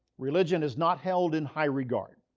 religion is not held in high regard.